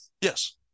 Yes